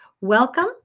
Welcome